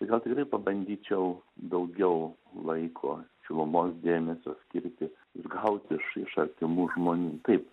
gal tikrai pabandyčiau daugiau laiko šilumos dėmesio skirti gaut iš iš artimų žmonių taip